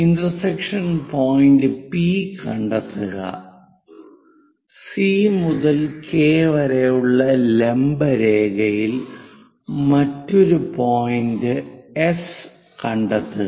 intersection point P കണ്ടെത്തുക C മുതൽ K വരെയുള്ള ലംബ രേഖയിൽ മറ്റൊരു പോയിന്റ് എസ് കണ്ടെത്തുക